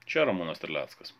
čia ramūnas terleckas